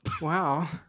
Wow